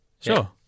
Sure